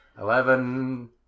Eleven